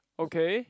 okay